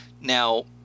Now